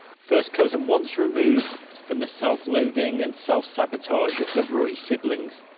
first cousin once removed from the self-loathing and self-sabotage of the roy siblings.